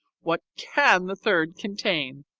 what can the third contain?